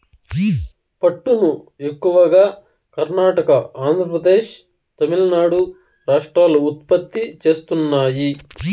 పట్టును ఎక్కువగా కర్ణాటక, ఆంద్రప్రదేశ్, తమిళనాడు రాష్ట్రాలు ఉత్పత్తి చేస్తున్నాయి